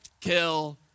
kill